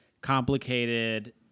complicated